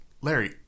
larry